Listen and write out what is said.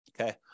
Okay